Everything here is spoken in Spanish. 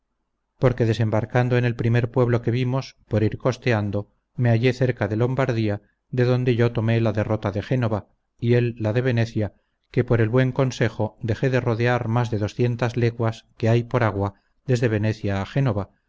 porque desembarcando en el primer pueblo que vimos por ir costeando me hallé cerca de lombardía de donde yo tomé la derrota de génova y él la de venecia que por el buen consejo dejé de rodear más de doscientas leguas que hay por agua desde venecia a génova